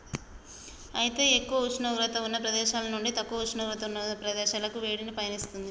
అయితే ఎక్కువ ఉష్ణోగ్రత ఉన్న ప్రదేశాల నుండి తక్కువ ఉష్ణోగ్రత ఉన్న ప్రదేశాలకి వేడి పయనిస్తుంది